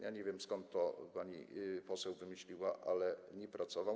Ja nie wiem, skąd to pani poseł wzięła, wymyśliła, ale nie pracował.